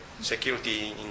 security